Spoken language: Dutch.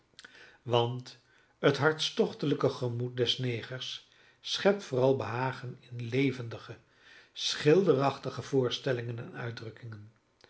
want het hartstochtelijke gemoed des negers schept vooral behagen in levendige schilderachtige voorstellingen en uitdrukkingen